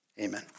Amen